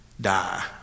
die